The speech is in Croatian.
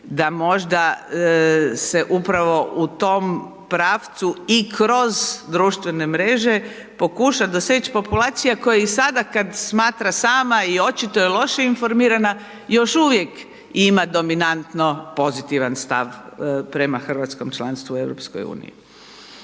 da možda se upravo u tom pravcu i kroz društvene mreže pokuša doseći populacija koja je sada kad smatra sama i očito je loše informirana, još uvijek ima dominantno pozitivan stav prema hrvatskom članstvu u EU-u.